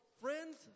friends